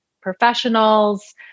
Professionals